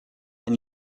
and